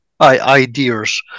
ideas